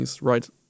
right